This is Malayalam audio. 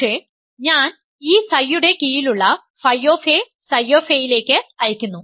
പക്ഷേ ഞാൻ ഈ ψ യുടെ കീഴിലുള്ള ф ψ ലേക്ക് അയയ്ക്കുന്നു